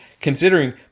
considering